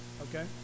okay